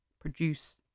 produce